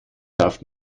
darf